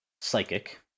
psychic